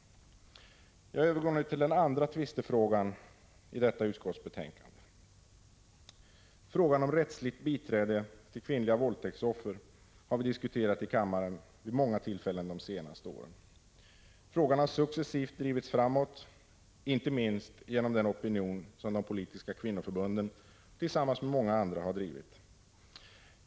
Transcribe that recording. Jag övergår nu till den andra tvistefrågan i detta utskottsbetänkande. Frågan om rättsligt biträde till kvinnliga våldtäktsoffer har vi diskuterat i kammaren vid ett flertal tillfällen de senaste åren. Frågan har successivt drivits framåt, inte minst genom den opinion som de politiska kvinnoförbunden tillsammans med många andra har bildat.